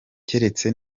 keretse